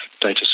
data